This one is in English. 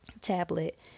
tablet